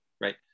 Right